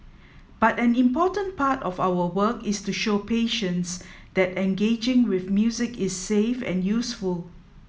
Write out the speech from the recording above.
but an important part of our work is to show patients that engaging with music is safe and useful